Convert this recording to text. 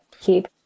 keep